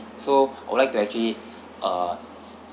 so I would like to actually uh